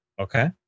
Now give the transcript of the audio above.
Okay